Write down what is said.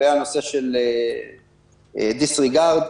ספציפית לגבי הנושא של ה-disregard ,